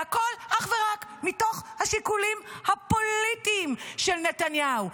והכול אך ורק מתוך השיקולים הפוליטיים של נתניהו.